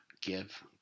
give